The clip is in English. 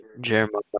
Jeremiah